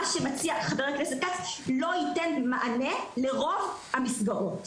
מה שמציע חבר הכנסת כץ לא ייתן מענה לרוב המסגרות.